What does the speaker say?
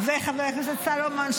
וחבר הכנסת סלומון,